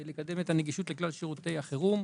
שר הביטחון מחויב לקדם את הנגישות לכלל שירותי החירום.